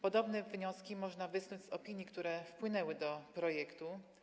Podobne wnioski można wysnuć z opinii, które wpłynęły do projektu.